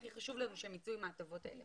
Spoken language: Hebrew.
הכי חשוב לנו שהם יצאו עם ההטבות האלה.